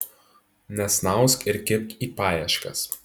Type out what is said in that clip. nesnausk ir kibk į paieškas